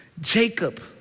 Jacob